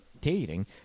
dating